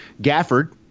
Gafford